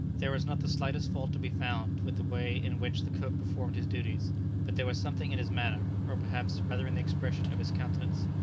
there was not the slightest fault to be found with the way in which the cook performed his duties but there was something in his manner, or perhaps, rather in the expression of his countenance,